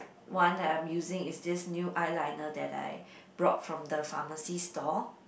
one that I'm using is this new eyeliner that I brought from the pharmacy store